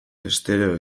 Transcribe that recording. estereo